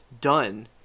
done